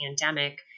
pandemic